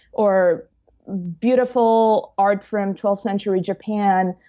or beautiful art from twelfth century japan,